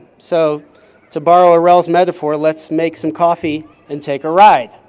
so to borrow arel's metaphor, let's make some coffee and take a ride.